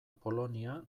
polonia